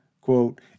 quote